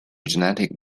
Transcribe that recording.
genetic